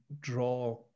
draw